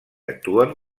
actuen